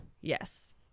Yes